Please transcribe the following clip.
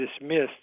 dismissed